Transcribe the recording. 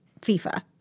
FIFA